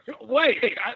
wait